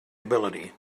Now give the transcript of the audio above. ability